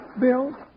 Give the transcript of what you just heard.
Bill